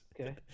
Okay